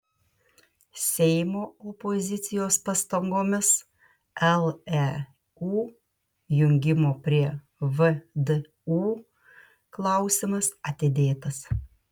seimo opozicijos pastangomis leu jungimo prie vdu klausimas atidėtas